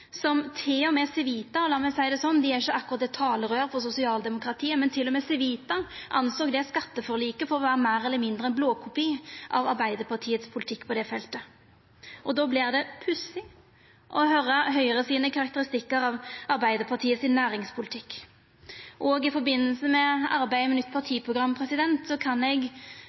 som til og med Civita – la meg seia det slik, dei er ikkje akkurat eit talerøyr for sosialdemokratiet – men til og med Civita såg på det skatteforliket som å vera meir eller mindre ein blåkopi av politikken til Arbeidarpartiet på det feltet. Då vert det pussig å høyra karakteristikkane frå Høgre av næringspolitikken til Arbeidarpartiet. I samband med arbeidet med nytt partiprogram kan eg